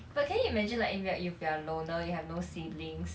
but can you imagine like if you if you are a loner you have no siblings